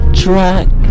track